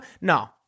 no